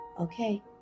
Okay